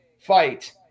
fight –